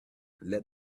let